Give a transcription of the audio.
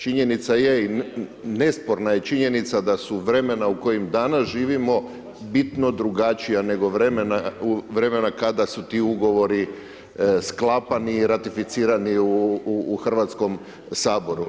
Činjenica je i nesporna je činjenica da su vremena u kojim danas živimo bitno drugačija nego vremena kada su ti ugovori sklapani, ratificirani u Hrvatskom saboru.